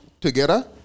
together